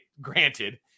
granted